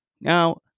Now